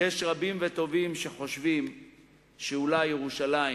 רבים וטובים חושבים שאולי ירושלים